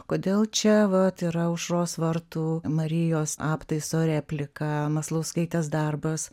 kodėl čia vat yra aušros vartų marijos aptaiso replika maslauskaitės darbas